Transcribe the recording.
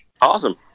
Awesome